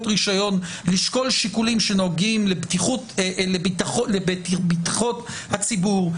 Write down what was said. רישיון לשקול שיקולים שנוגעים לבטיחות הציבור,